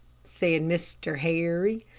said mr. harry.